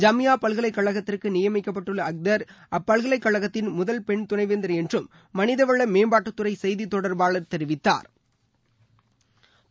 ஜமியா பல்கலைக்கழகத்திற்கு நியமிக்கப்பட்டுள்ள அக்தர் அப்பல்கலைக்கழகத்தின் முதல் பெண் துணைவேந்தர் என்றும் மனிதவள மேம்பாட்டுத்துறை செய்தி தொடர்பாளர் தெரிவித்தாா்